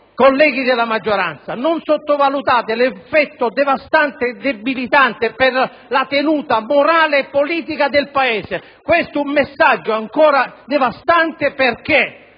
colleghi della maggioranza: non sottovalutate l'effetto devastante e debilitante per la tenuta morale e politica del Paese. Questo è un messaggio devastante, perché